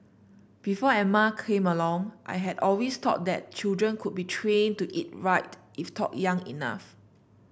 before Emma came along I had always thought that children could be trained to eat right if taught young enough